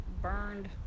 burned